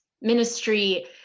ministry